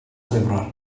chwefror